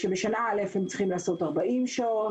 בשנה א', הם צריכים לעשות 40 שעות,